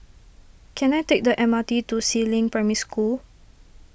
can I take the M R T to Si Ling Primary School